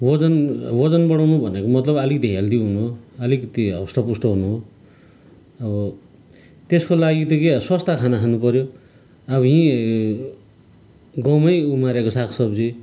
ओजन ओजन बढाउनु भनेको मतलब अलिकति हेल्दी हुनु हो अलिकति हष्टपुष्ट हुनु अब त्यसको लागि त के स्वस्थ खाना खानुपऱ्यो अब यहीँ गाउँमै उमारेको सागसब्जी